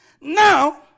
Now